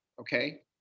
okay